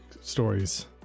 stories